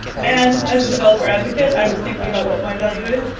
and as a developer advocate, i was thinking about what my value is.